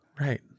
Right